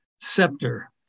scepter